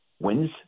wins